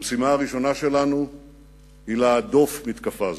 המשימה הראשונה שלנו היא להדוף מתקפה זו.